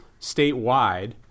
statewide